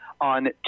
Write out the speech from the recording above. on